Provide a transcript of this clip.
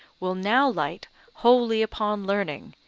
will now light wholly upon learning,